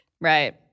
Right